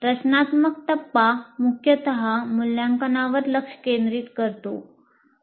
रचनात्मक टप्पा मुख्यत मूल्यांकनांवर लक्ष केंद्रित करतो